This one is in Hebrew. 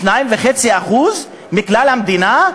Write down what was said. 2.5% מכלל המדינה?